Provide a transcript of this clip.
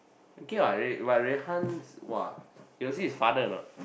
okay what but Rui-Han's !wah! you got see his father or not